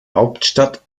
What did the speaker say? hauptstadt